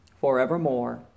forevermore